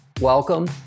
Welcome